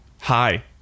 Hi